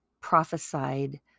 prophesied